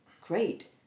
great